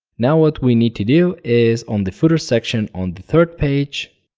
now what we need to do is, on the footer section, on the third page,